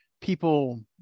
people